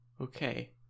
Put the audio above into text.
okay